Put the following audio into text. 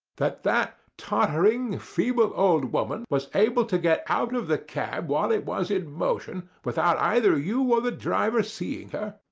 that that tottering, feeble old woman was able to get out of the cab while it was in motion, without either you or the driver seeing her?